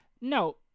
No